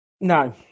No